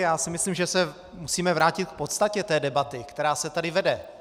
Já si myslím, že se musíme vrátit k podstatě té debaty, která se tady vede.